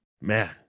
man